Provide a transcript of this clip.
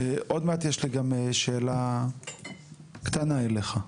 עוד מעט יש לי גם שאלה קטנה אליך.